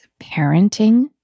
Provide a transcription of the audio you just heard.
parenting